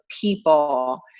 people